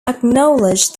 acknowledged